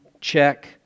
check